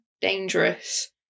dangerous